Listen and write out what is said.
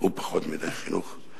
ופחות מדי חינוך.